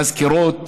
מזכירות,